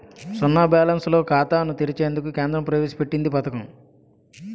సున్నా బ్యాలెన్స్ తో ఖాతాను తెరిచేందుకు కేంద్రం ప్రవేశ పెట్టింది పథకం